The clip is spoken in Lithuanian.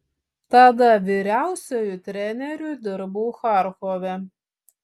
tada vyriausiuoju treneriu dirbau charkove